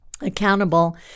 accountable